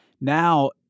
Now